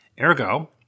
Ergo